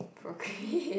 procreate